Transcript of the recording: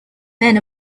men